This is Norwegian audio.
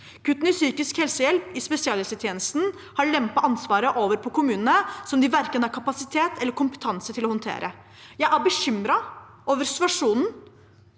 Kuttene i psykisk helsehjelp i spesialisthelsetjenesten har lempet ansvaret over på kommunene, noe de verken har kapasitet eller kompetanse til å håndtere. Jeg er bekymret over situasjonen.